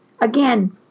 Again